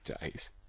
days